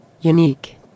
Unique